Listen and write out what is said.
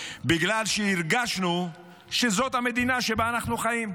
בגלל שהרגשנו שזאת המדינה שבה אנחנו חיים,